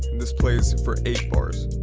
this plays for eight bars.